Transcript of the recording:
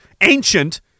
ancient